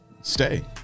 stay